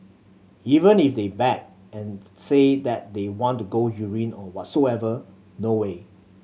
even if they beg and say that they want to go urine or whatsoever no way